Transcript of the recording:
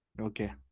Okay